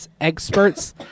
Experts